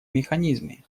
механизме